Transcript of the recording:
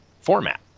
format